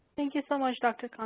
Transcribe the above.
thank you so much dr.